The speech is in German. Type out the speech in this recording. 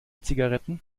zigaretten